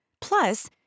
Plus